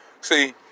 See